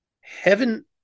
heaven